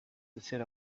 descer